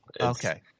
Okay